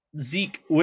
Zeke